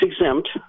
exempt